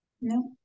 No